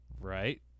Right